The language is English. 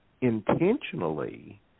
intentionally